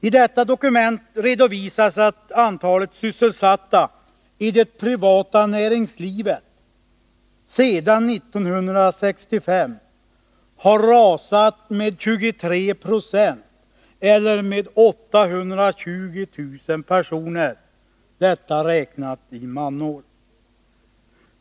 I det aktuella dokumentet redovisas att antalet sysselsatta i det privata näringslivet sedan 1965 har rasat med 23 Zo eller med 820 000 personer, räknat i manår.